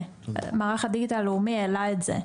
מערך הדיגיטל הלאומי העלה את זה,